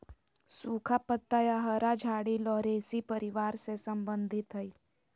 सुखा पत्ता या हरा झाड़ी लॉरेशी परिवार से संबंधित हइ